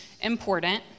important